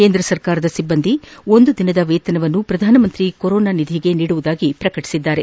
ಕೇಂದ್ರ ಸರ್ಕಾರದ ಸಿಬ್ಬಂದಿ ಒಂದು ದಿನದ ವೇತನವನ್ನು ಪ್ರಧಾನಮಂತ್ರಿ ಕೊರೋನಾ ನಿಧಿಗೆ ನೀಡುವುದಾಗಿ ಪ್ರಕಟಿಸಿದ್ದಾರೆ